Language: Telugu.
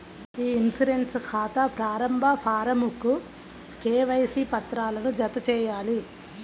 ఇ ఇన్సూరెన్స్ ఖాతా ప్రారంభ ఫారమ్కు కేవైసీ పత్రాలను జతచేయాలి